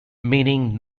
meaning